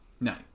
No